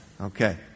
Okay